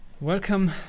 Welcome